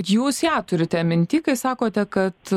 jūs ją turite minty kai sakote kad